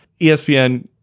ESPN